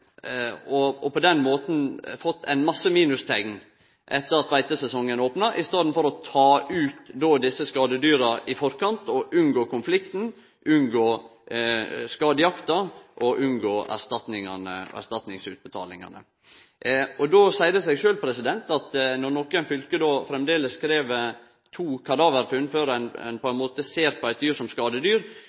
og på den måten fått masse minusteikn etter at beitesesongen opna, i staden for å ta desse skadedyra ut i forkant, unngått konflikten, unngått skadeuttaksjakta og unngått erstatningsutbetalingane. Då seier det seg sjølv at når nokre fylke framleis krev to kadaverfunn før ein ser på eit dyr som skadedyr, er det dagens praksis. Men det kan umogleg vere den praksisen som